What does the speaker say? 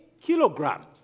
kilograms